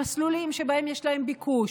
המסלולים שבהם יש ביקוש,